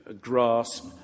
grasp